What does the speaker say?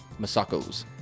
Masakos